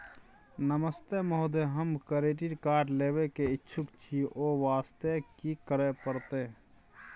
नमस्ते महोदय, हम credit card लेबे के इच्छुक छि ओ वास्ते की करै परतै?